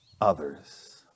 others